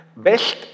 Best